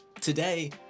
today